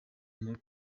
muri